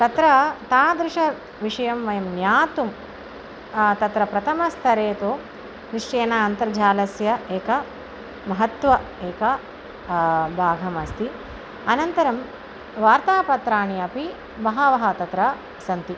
तत्र तादृशं विषयं ज्ञातुं तत्र प्रथमस्तरे तु निश्चयेन अन्तर्जालस्य एका महत्वम् एका बाढम् अस्ति अनन्तरं वार्तापत्राणि अपि बहवः तत्र सन्ति